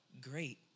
great